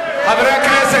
פי-ארבעה קרקע.